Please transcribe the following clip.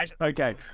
Okay